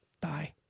die